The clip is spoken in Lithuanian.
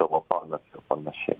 celofanas ir panašiai